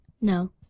No